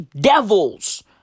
devils